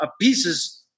pieces